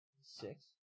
six